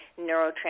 neurotransmitters